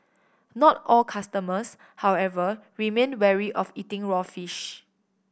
not all customers however remain wary of eating raw fish